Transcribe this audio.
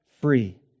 free